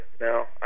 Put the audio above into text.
no